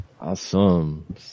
Awesome